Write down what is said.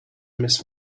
miss